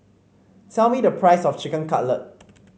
tell me the price of Chicken Cutlet